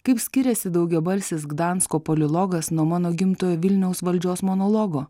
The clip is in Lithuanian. kaip skiriasi daugiabalsis gdansko polilogas nuo mano gimtojo vilniaus valdžios monologo